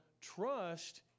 trust